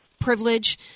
privilege